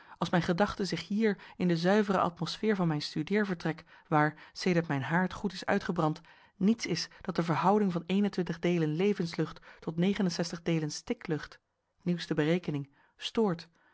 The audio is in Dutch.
als mijn gedachte zich hier in de zuivere atmosfeer van mijn studeervertrek waar sedert mijn haard goed is uitgebrand niets is dat de verhouding van eenentwintig deelen levenslucht tot negenenzestig deelen stiklucht nieuwste berekening stoort